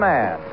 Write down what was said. Man